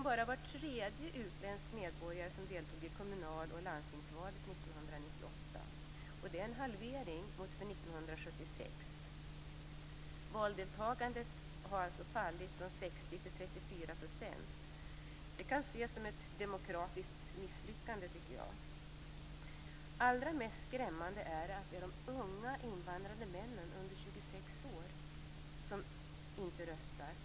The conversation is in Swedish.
Bara var tredje utländsk medborgare deltog nämligen i kommunaloch landstingsvalen 1998. Det är en halvering i förhållande till år 1976. Valdeltagandet har fallit från 60 % till 34 %. Jag tycker att det kan ses som ett demokratiskt misslyckande. Allra mest skrämmande är att det är de unga invandrade männen under 26 år som inte röstar.